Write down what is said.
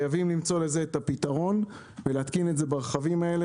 -- למצוא פתרון ולהתקין את זה ברכבים האלה.